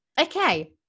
okay